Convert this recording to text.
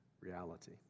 reality